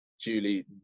Julie